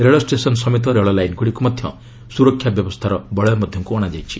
ରେଳ ଷ୍ଟେସନ୍ ସମେତ ରେଳ ଲାଇନ୍ଗୁଡ଼ିକୁ ମଧ୍ୟ ସୁରକ୍ଷା ବ୍ୟବସ୍ଥା ମଧ୍ୟକୁ ଅଣାଯାଇଛି